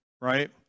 right